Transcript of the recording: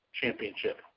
Championship